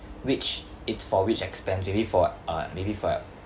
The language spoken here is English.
which it's for which expense maybe for uh maybe for